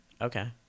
Okay